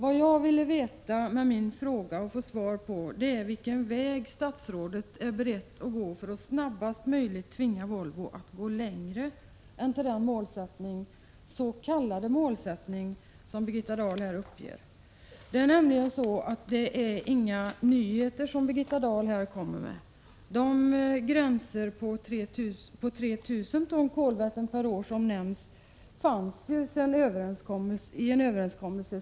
Vad jag ville få svar på när jag framställde min Göteborg fråga var vilken väg statsrådet är beredd att gå för att snarast möjligt tvinga Volvo att sträcka sig längre än den s.k. målsättning som Birgitta Dahl här anger. Birgitta Dahl kommer inte med några nyheter. De gränser på 3 000 ton kolväten per år som nämns i svaret angavs redan i en tidigare överenskommelse.